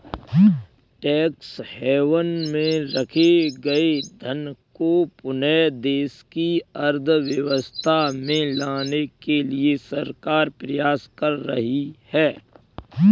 tax haven में रखे गए धन को पुनः देश की अर्थव्यवस्था में लाने के लिए सरकार प्रयास कर रही है